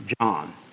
John